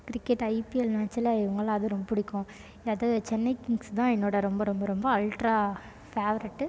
cricket IPL மேட்ச்சில் இவங்க விளாடுறது ரொம்ப பிடிக்கும் யாது சென்னை கிங்ஸ் தான் என்னோடய ரொம்ப ரொம்ப ரொம்ப அல்ட்ரா ஃபேவரட்டு